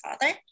father